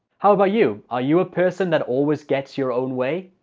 how about you are you a person that always gets your own way?